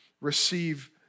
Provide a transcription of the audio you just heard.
receive